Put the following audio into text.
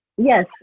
Yes